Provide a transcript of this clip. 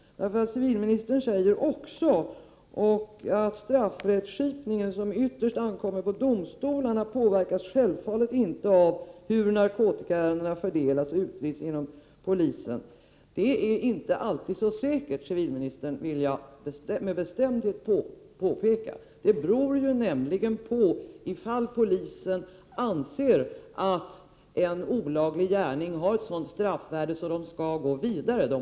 Civilministern säger: ”Straffrättskipningen, som ytterst ankommer på domstolarna, påverkas självfallet inte av hur narkotikaärendena fördelas och utreds inom polismyndigheten.” Jag vill med bestämdhet påpeka för civilministern att detta inte alltid är så säkert. Det beror nämligen på om polisen anser att en olaglig gärning har ett sådant straffvärde att man Prot. 1988/89:53 skall gå vidare med ärendet.